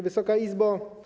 Wysoka Izbo!